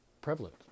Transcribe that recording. prevalent